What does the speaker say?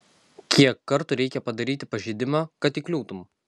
kiek kartų reikia padaryti pažeidimą kad įkliūtum